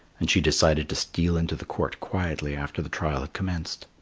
and she decided to steal into the court quietly after the trial had commenced.